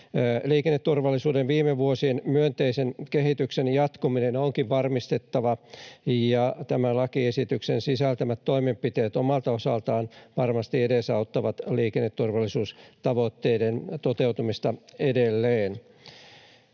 Liikenneturvallisuuden viime vuosien myönteisen kehityksen jatkuminen onkin varmistettava. Tämän lakiesityksen sisältämät toimenpiteet omalta osaltaan varmasti edesauttavat liikenneturvallisuustavoitteiden toteutumista edelleen.